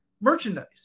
merchandise